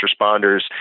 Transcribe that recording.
responders